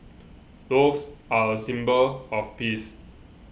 doves are a symbol of peace